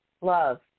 love